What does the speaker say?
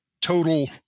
total